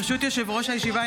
ברשות יושב-ראש הישיבה,